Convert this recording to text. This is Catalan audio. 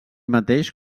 mateix